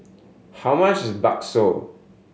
how much is bakso